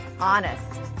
Honest